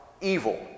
evil